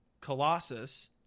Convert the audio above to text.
Colossus